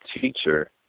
teacher